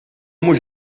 mhux